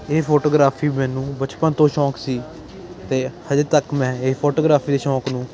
ਇਹ ਫੋਟੋਗ੍ਰਾਫੀ ਮੈਨੂੰ ਬਚਪਨ ਤੋਂ ਸ਼ੌਕ ਸੀ ਅਤੇ ਹਾਲੇ ਤੱਕ ਮੈਂ ਇਹ ਫੋਟੋਗ੍ਰਾਫੀ ਦੇ ਸ਼ੌਕ ਨੂੰ